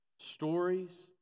stories